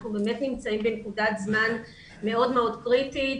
נמצאים בנקודת זמן מאוד מאוד קריטית.